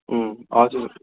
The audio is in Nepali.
उम् हजुर